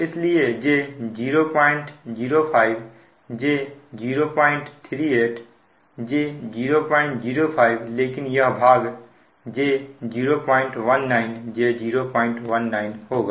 इसलिए j005 j038 j005 लेकिन यह भाग j019 j 019 होगा